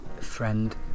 friend